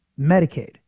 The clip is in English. Medicaid